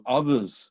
others